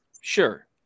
Sure